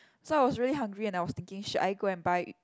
so I was really hungry and I was thinking should I go and buy